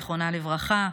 זיכרונה לברכה,